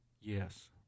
Yes